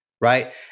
Right